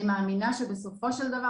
אני מאמינה שבסופו של דבר,